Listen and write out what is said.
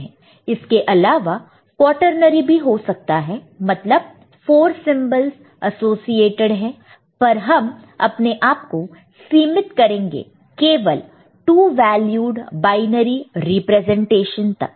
इसके अलावा क्वॉटरनरी भी हो सकता है मतलब 4 सिंबलस एसोसिएटेड है पर हम अपने आप को सीमित करेंगे केवल 2 वैल्यूड बायनरी रिप्रेजेंटेशन तक